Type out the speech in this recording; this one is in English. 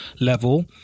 level